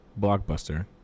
blockbuster